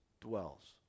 dwells